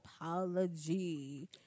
apology